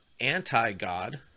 anti-God